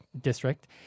district